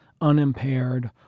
unimpaired